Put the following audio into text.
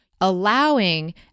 Allowing